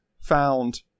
found